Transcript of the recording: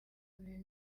bihe